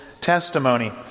testimony